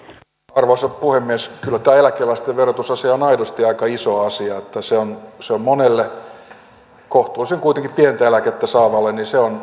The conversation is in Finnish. arvoisa puhemies kyllä tämä eläkeläisten verotusasia on on aidosti aika iso asia kuitenkin monelle kohtuullisen pientä eläkettä saavalle